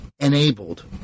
Enabled